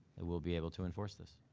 that we'll be able to enforce this.